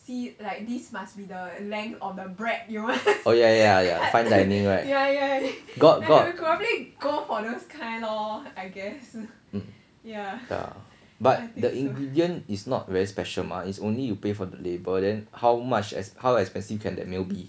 oh ya ya ya ya fine dining right got got yeah but the ingredient is not very special mah is only you pay for the label then how much how expensive can that meal be